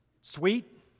Sweet